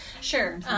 Sure